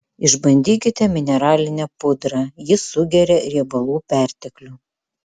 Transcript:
išbandykite mineralinę pudrą ji sugeria riebalų perteklių